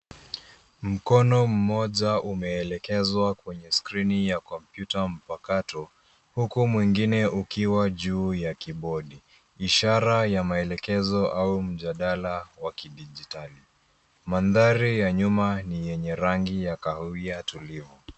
Mkono mmoja umeelekezwa kwenye skrini ya kompyuta mpakato huku mwingine ukiwa juu ya kibodi ishara ya maelekezo au mjadala wa kidijitali. Mandhari ya nyuma ni yenye rangi kahawia tulivu.